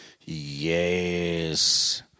Yes